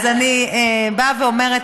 אז אני באה ואומרת,